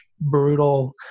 brutal